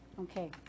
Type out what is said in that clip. Okay